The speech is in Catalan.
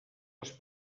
les